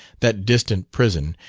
that distant prison,